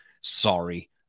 Sorry